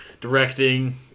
directing